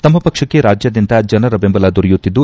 ತಮ್ಮ ಪಕ್ಷಕ್ಕೆ ರಾಜ್ಯಾದ್ಯಂತ ಜನರ ಬೆಂಬಲ ದೊರೆಯುತ್ತಿದ್ದು